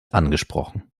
angesprochen